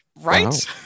Right